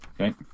Okay